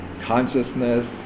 consciousness